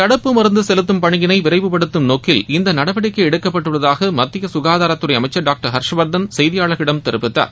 தடுப்பு மருந்து செலுத்தும் பணியிளை விரைவுப்படுத்தும் நோக்கில் இந்த நடவடிக்கை எடுக்கப்பட்டுள்ளதாக மத்திய சுகாதாரத்துறை அமைச்சர் டாக்டர் ஹர்ஷ்வர்தள் செய்தியாளர்களிடம் தெரிவித்தார்